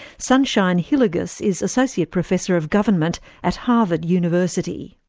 sunshine hillygus is associate professor of government at harvard university.